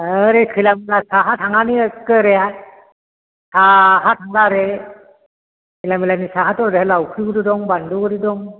ओरै खैला मैला साहा थांनानै एखे ओरैहाय साहा थांब्ला ओरै खैला मैलानि साहाथ' ओरैहाय लावख्रिगुरि दं बान्दोगुरि दं